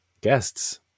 guests